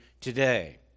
today